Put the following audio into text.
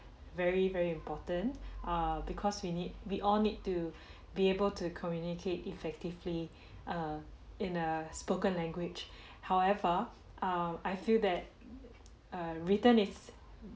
very very important err because we need we all need to be able to communicate effectively err in a spoken language however err I feel that err written is